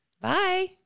Bye